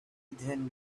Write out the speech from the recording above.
than